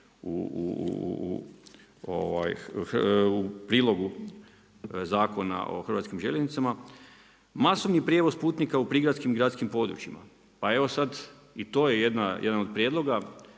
u prilogu Zakona o Hrvatskim željeznicama. Masovni prijevoz putnika u prigradskim i gradskim područjima. Pa evo sad i to je jedan od prijedloga,